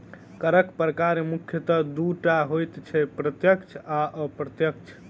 करक प्रकार मुख्यतः दू टा होइत छै, प्रत्यक्ष आ अप्रत्यक्ष